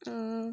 हं